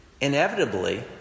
inevitably